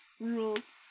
rules